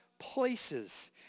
Places